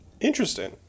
Interesting